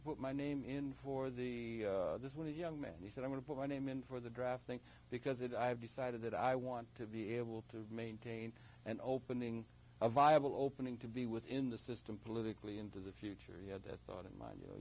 to put my name in for the this one is young man and he said i want to put my name in for the draft thing because it i've decided that i want to be able to maintain and opening a viable opening to be within the system politically into the future he had that thought in mind you know